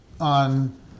on